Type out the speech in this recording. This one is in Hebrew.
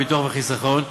ביטוח וחיסכון.